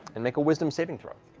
and make a wisdom saving throw.